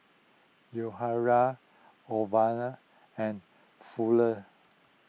Yahaira and Fuller